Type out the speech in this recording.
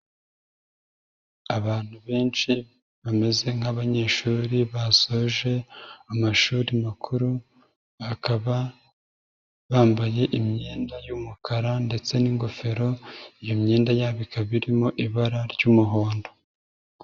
Abantu benshi bameze nk'abanyeshuri basoje amashuri makuru bakaba bambaye imyenda y'umukara ndetse n'ingofero, iyo myenda yabo ikaba irimo ibara ry'umuhondo.